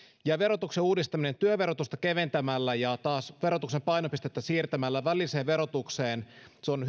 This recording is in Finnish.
ja verotuksen uudistaminen työn verotusta keventämällä ja taas verotuksen painopistettä siirtämällä välilliseen verotukseen on